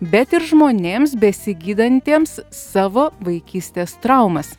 bet ir žmonėms besigydantiems savo vaikystės traumas